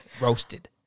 Roasted